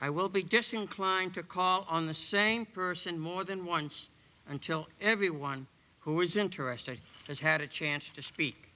i will be disinclined to call on the same person more than once until everyone who is interested as had a chance to speak